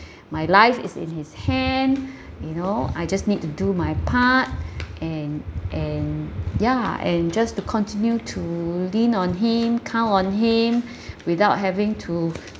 my life is in his hand you know I just need to do my part and and ya and just to continue to lean on him count on him without having to